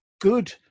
good